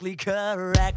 Correct